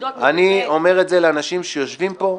נקודות --- אני אומר את זה לאנשים שיושבים פה.